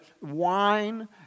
wine